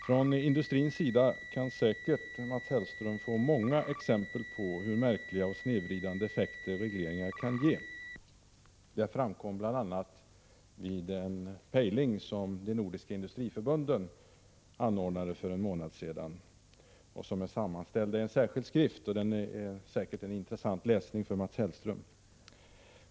Från industrins sida kan Mats Hellström säkert få många exempel på märkliga och snedvridande effekter som regleringar kan ge. Det framkom bl.a. vid en pejling som de nordiska industriförbunden anordnade för en månad sedan. Vad som framkom där är sammanställt i en särskild skrift, som säkert kan vara en intressant läsning för Mats Hellström.